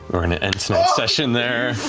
we're going to end tonight's session there.